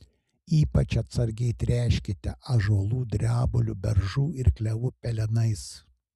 ypač atsargiai tręškite ąžuolų drebulių beržų ir klevų pelenais